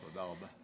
תודה רבה.